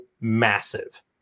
massive